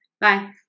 Bye